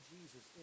Jesus